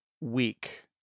week